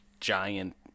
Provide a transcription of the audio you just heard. giant